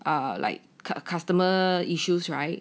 um like cust~ customer issues right